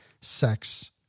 sex